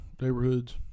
neighborhoods